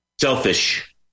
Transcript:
selfish